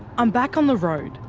i'm back on the road,